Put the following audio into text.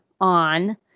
on